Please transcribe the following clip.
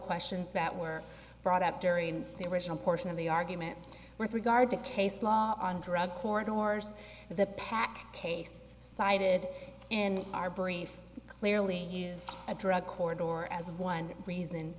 questions that were brought up during the original portion of the argument with regard to case law on drug court orders the pack case cited in our brief clearly a drug court or as one reason